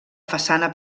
façana